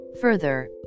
Further